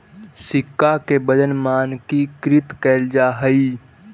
सिक्का के वजन मानकीकृत कैल जा हई